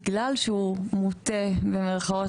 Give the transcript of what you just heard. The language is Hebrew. בגלל שהוא "מוטה" במירכאות,